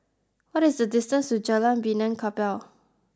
what is the distance to Jalan Benaan Kapal